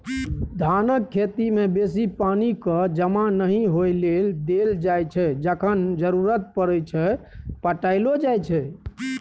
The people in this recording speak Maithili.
धानक खेती मे बेसी पानि केँ जमा नहि होइ लेल देल जाइ छै जखन जरुरत परय छै पटाएलो जाइ छै